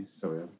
sorry